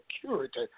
security